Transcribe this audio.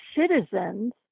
citizens